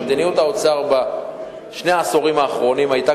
שמדיניות האוצר בשני העשורים האחרונים היתה